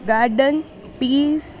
garden peas